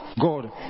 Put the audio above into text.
God